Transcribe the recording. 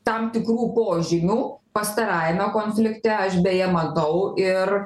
tam tikrų požymių pastarajame konflikte aš beje matau ir